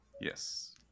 Yes